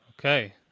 Okay